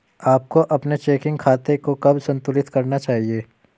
आपको अपने चेकिंग खाते को कब संतुलित करना चाहिए?